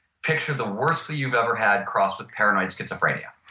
picture the worst flu you've ever had crossed with paranoid schizophrenia.